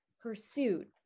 pursuit